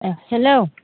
एह हेलौ